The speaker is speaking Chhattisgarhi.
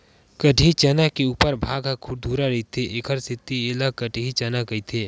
कटही चना के उपर भाग ह खुरदुरहा रहिथे एखर सेती ऐला कटही चना कहिथे